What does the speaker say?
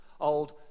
old